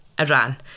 Iran